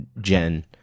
Jen